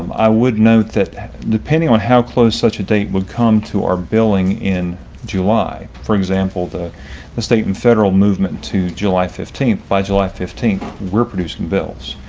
um i would note that depending on how close such a date would come to our billing in july, for example, the state and federal movement to july fifteen by july fifteen, we're producing bills.